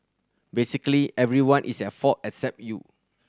basically everyone is at fault except you